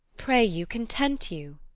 pray you, content you.